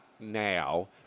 now